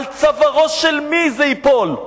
על צווארו של מי זה ייפול?